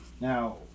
Now